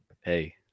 Hey